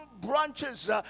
branches